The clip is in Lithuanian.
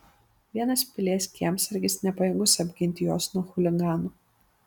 vienas pilies kiemsargis nepajėgus apginti jos nuo chuliganų